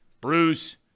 Bruce